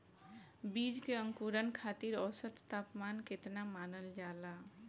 बीज के अंकुरण खातिर औसत तापमान केतना मानल जाला?